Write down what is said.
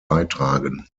beitragen